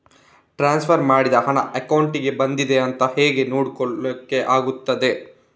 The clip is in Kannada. ಟ್ರಾನ್ಸ್ಫರ್ ಮಾಡಿದ ಹಣ ಅಕೌಂಟಿಗೆ ಬಂದಿದೆ ಅಂತ ಹೇಗೆ ನೋಡ್ಲಿಕ್ಕೆ ಆಗ್ತದೆ?